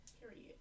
Period